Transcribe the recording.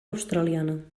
australiana